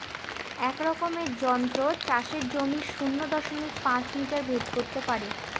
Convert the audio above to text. এক রকমের যন্ত্র চাষের জমির শূন্য দশমিক পাঁচ মিটার ভেদ করত পারে